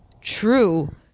true